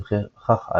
וכך הלאה.